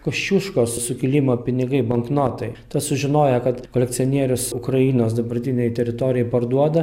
koščiuškos sukilimo pinigai banknotai tą sužinoję kad kolekcionierius ukrainos dabartinėj teritorijoj parduoda